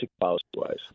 policy-wise